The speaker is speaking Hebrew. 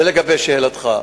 זה לגבי שאלתך.